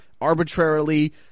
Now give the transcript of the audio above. arbitrarily